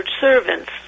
servants